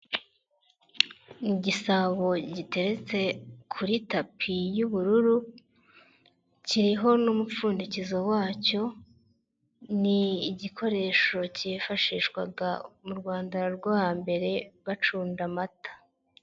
Igisabo giteretse kuri tapi y'ubururu, kiriho n'umupfundikizo wacyo, ni igikoresho cyifashishwaga mu Rwanda rwo hambere bacunda amata.